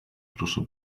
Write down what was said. proszę